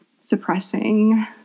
suppressing